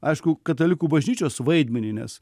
aišku katalikų bažnyčios vaidmenį nes